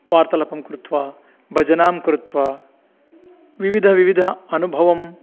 वार्तालापं कृत्वा भजनं कृत्वा विविध विविध अनुभवं